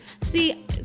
See